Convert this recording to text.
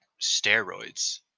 steroids